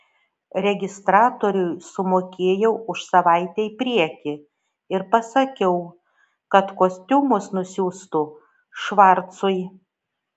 registratoriui sumokėjau už savaitę į priekį ir pasakiau kad kostiumus nusiųstų švarcui